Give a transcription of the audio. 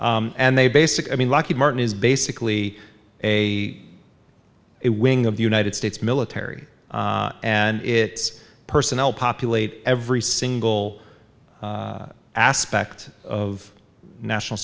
and they basically i mean lockheed martin is basically a wing of the united states military and it personnel populate every single aspect of national